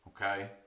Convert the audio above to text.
Okay